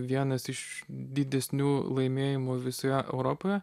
vienas iš didesnių laimėjimų visoje europoje